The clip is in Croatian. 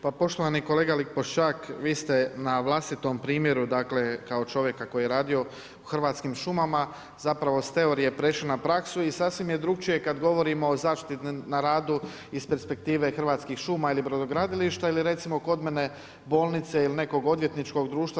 Pa poštovani kolega Lipoščak, vi ste na vlastitom primjeru dakle, kao čovjeka koji je radio u Hrvatskim šumama zapravo s teorije prešli na praksu i sasvim je drukčije kad govorimo o zaštiti na radu iz perspektive Hrvatskih šuma ili brodogradilišta, ili recimo kod mene bolnice ili nekog odvjetničkog društva.